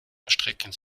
erstrecken